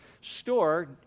store